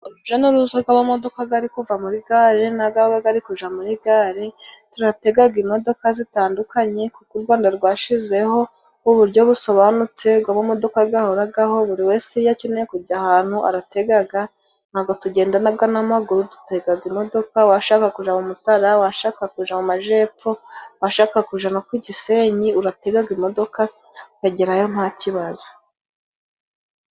Uruja n'uruza rw'amamodoka gari kuva muri gare n'agaba gari kuja muri gare, turategaga imodoka zitandukanye kuko u Rwanda rwashizeho uburyo busobanutse bw'amamodoka gahoragaho. Buri wese iyo akeneye kujya ahantu arategaga ntabwo tugendaga n'amaguru, dutega imodoka washaka kuja mu Mutara washaka kuja mu majyepfo, washaka kuja no ku Gisenyi, urategaga imodoka ukagerayo nta kibazo.